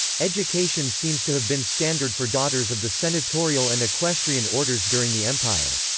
education seems to have been standard for daughters of the senatorial and equestrian orders during the empire.